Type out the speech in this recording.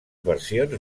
versions